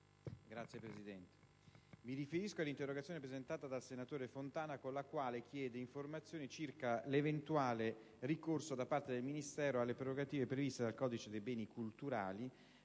Signor Presidente, mi riferisco all'interrogazione presentata dalla senatrice Fontana, con la quale chiede informazioni circa l'eventuale ricorso da parte del Ministero alle prerogative previste dal codice dei beni culturali